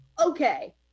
okay